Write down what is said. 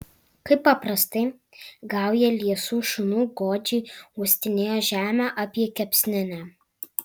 kaip paprastai gauja liesų šunų godžiai uostinėjo žemę apie kepsninę